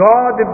God